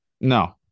No